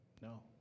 No